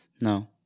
No